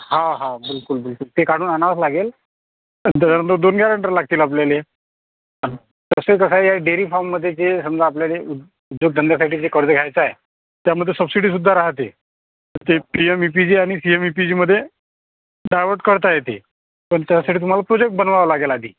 हो हो बिलकुल बिलकुल ते काढून आणावंच लागेल दोन गॅरेंटर लागतील आपल्याला तसे तर काय आहे डेअरी फार्ममध्ये जे समजा आपल्याला जोडधंद्यासाठीचे कर्ज घ्यायचे आहे त्यामध्ये सबसिडी सुद्धा राहते तर ते पी एम व्ही पीचे आणि सी एम व्ही पीचेमध्ये डायव्हर्ट करता येते पण त्यासाठी तुम्हाला प्रॉजेक्ट बनवावा लागेल आधी